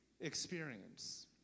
experience